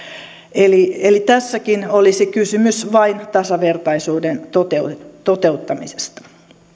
eli eli tässäkin olisi kysymys vain tasavertaisuuden toteuttamisesta